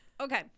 okay